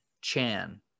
Chan